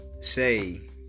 say